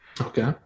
Okay